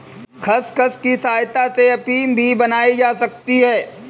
खसखस की सहायता से अफीम भी बनाई जा सकती है